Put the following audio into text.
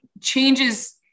changes –